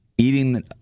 Eating